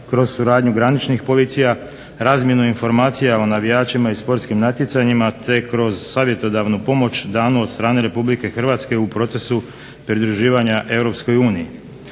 kroz suradnju graničnih policija, razmjenu informacija o navijačima i sportskim natjecanjima te kroz savjetodavnu pomoć danu od strane Republike Hrvatske u procesu pridruživanja